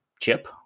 chip